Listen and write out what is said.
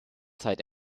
zeit